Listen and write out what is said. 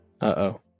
Uh-oh